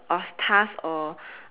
off task or